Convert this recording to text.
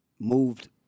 Moved